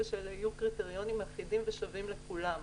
ושאלה יהיו קריטריונים אחידים ושווים לכולם,